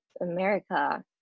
America